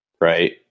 Right